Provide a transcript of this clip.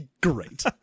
Great